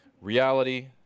Reality